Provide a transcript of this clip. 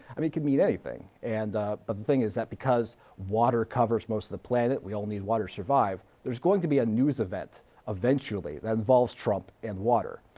i mean, it can mean anything. and but the thing is that because water covers most of the planet, we all need water to survive. there's going to be a news event eventually that involves trump and water.